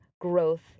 growth